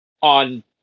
on